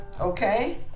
okay